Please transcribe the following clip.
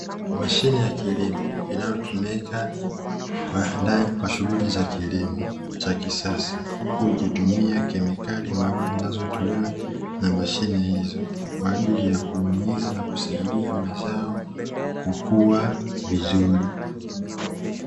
Mashine ya kilimo inayotumika kwa shughuli za kilimo cha kisasa huku ikitumia kemikali maalumu zinazotolewa na mashine hizo, kwa ajili ya kunyunyiza na kusaidia mazao kukua vizuri.